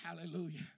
Hallelujah